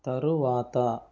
తరువాత